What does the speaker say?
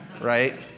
Right